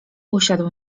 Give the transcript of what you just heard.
usiadł